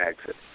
exit